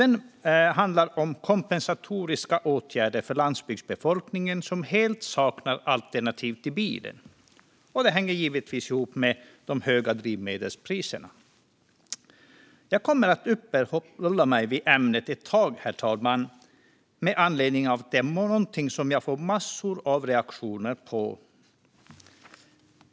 Den handlar om kompensatoriska åtgärder för landsbygdsbefolkningen som helt saknar alternativ till bilen. Det hänger givetvis ihop med de höga drivmedelspriserna. Jag kommer att uppehålla mig vid ämnet ett tag, herr talman, med anledning av att det är någonting som jag får massor av reaktioner på.